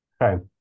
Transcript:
Okay